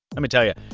lemme tell ya,